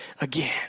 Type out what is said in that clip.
again